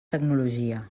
tecnologia